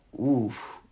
Oof